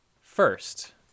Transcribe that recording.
first